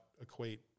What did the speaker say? equate